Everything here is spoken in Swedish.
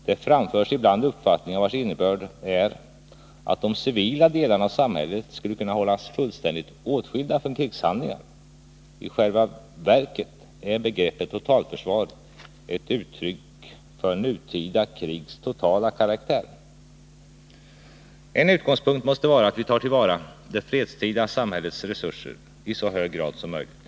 Det framförs ibland uppfattningar vars innebörd är att de civila delarna av samhället skulle kunna hållas fullständigt åtskilda från krigshandlingar. I själva verket är begreppet totalförsvar ett uttryck för nutida krigs totala karaktär. En utgångspunkt måste vara att vi tar till vara det fredstida samhällets resurser i så hög grad som möjligt.